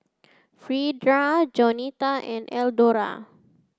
Freda Jaunita and Eldora